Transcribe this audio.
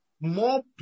more